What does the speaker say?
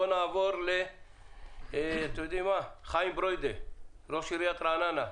נעבור לחיים ברוידא, ראש עיריית רעננה.